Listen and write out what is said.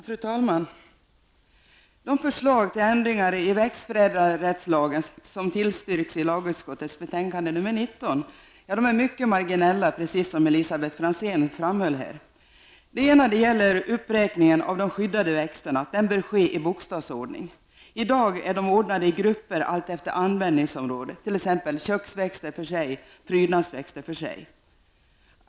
Fru talman! De förslag till ändringar i växtförädlarrättslagen som tillstyrks i lagutskottets betänkande nr 19 är mycket marginella, precis som Ett förslag gäller uppräkningen av de skyddade växterna. Den bör ske i bokstavsordning. I dag är växterna ordnade i grupper allt efter användningsområde -- t.ex. köksväxter för sig och prydnadsväxter för sig.